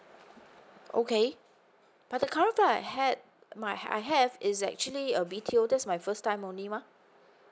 okay but the current flat that I had my I have is actually a BTO this my first time only mah